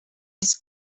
this